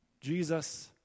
Jesus